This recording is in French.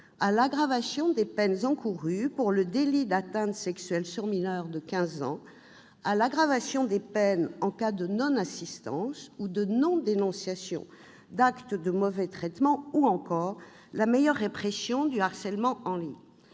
à l'aggravation des peines encourues pour le délit d'atteinte sexuelle sur mineur de quinze ans, à l'aggravation des peines en cas de non-assistance ou non-dénonciation d'actes de mauvais traitement, ou encore la meilleure répression du harcèlement en ligne.